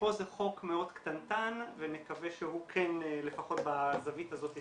ופה זה חוק מאוד קטנטן ונקווה שהוא כן לפחות בזווית הזאת יסייע.